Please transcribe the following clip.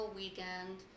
weekend